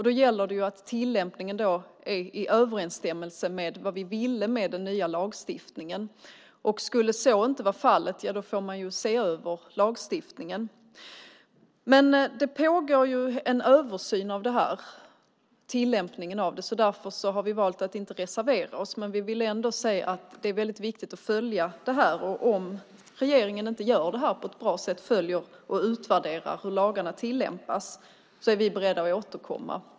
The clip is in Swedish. Då gäller det att tillämpning står i överensstämmelse med vad vi ville med den nya lagstiftningen. Skulle så inte vara fallet får man se över lagstiftningen. Det pågår en översyn av tillämpningen. Därför har vi valt att inte reservera oss. Vi vill ändå säga att det är väldigt viktigt att följa det här. Om regeringen inte gör det här på ett bra sätt, följer och utvärderar hur lagarna tillämpas, är vi beredda att återkomma.